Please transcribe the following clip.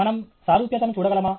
మనం సారూప్యతను చూడగలమా